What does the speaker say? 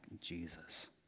Jesus